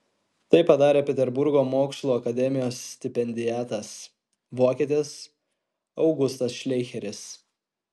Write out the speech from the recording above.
tai padarė peterburgo mokslų akademijos stipendiatas vokietis augustas šleicheris